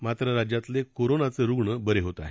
मात्र राज्यातले कोरोनाचे रुग्ण बरे होत आहेत